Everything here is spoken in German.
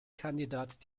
kandidat